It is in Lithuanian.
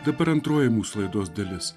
dabar antroji mūsų laidos dalis